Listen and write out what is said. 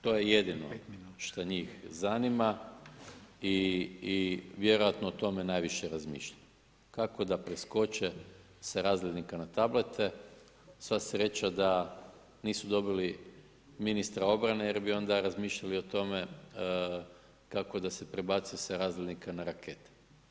To je jedino što njih zanima i vjerojatno to me najviše razmišlja, kako da preskoče sa razdjelnika na tablete, sva sreća da nisu dobili ministra obrane jer bi onda razmišljali o tome kako da se prebaci sa razdjelnika na rakete.